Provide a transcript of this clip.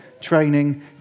training